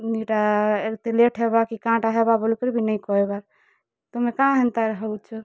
ଇଟା ଲେଟ୍ ହେବା କି କାଇଁଟା ହେବା ବୋଲି ନେଇଁ କହେବାର ତମେ କାଇଁ ହେନ୍ତା ହଉଛ